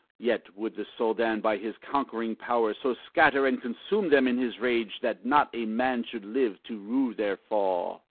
yet would the soldan by his conquering power so scatter and consume them in his rage, that not a man should live to rue their fall.